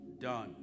done